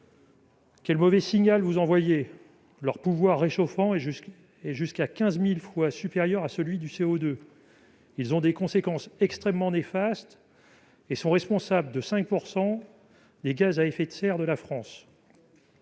Quel mauvais signal envoyez-vous ! Le pouvoir réchauffant de ces gaz est jusqu'à 15 000 fois supérieur à celui du CO2 ; ils ont des conséquences extrêmement néfastes et sont responsables de 5 % des gaz à effet de serre de la France.